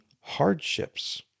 hardships